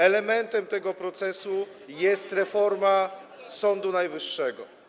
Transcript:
Elementem tego procesu jest reforma Sądu Najwyższego.